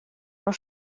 noch